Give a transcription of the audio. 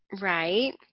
Right